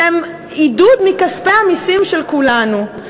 שהם עידוד מכספי המסים של כולנו.